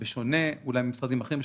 בשונה ממשרדים אחרים,